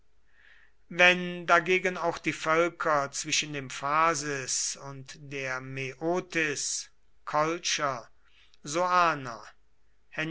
wenn dagegen auch die völker zwischen dem phasis und der mäotis